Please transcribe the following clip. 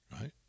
right